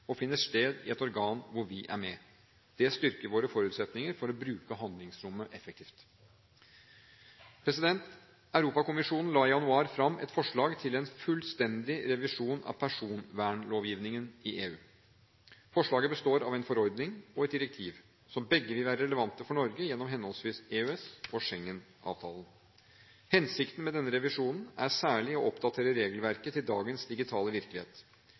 og finner sted i et organ hvor vi er med. Det styrker våre forutsetninger for å bruke handlingsrommet effektivt. Europakommisjonen la i januar fram et forslag til en fullstendig revisjon av personvernlovgivningen i EU. Forslaget består av en forordning og et direktiv som begge vil være relevante for Norge gjennom henholdsvis EØS- og Schengen-avtalen. Hensikten med denne revisjonen er særlig å oppdatere regelverket til dagens digitale virkelighet.